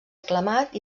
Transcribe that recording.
aclamat